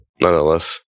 nonetheless